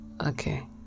okay